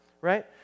Right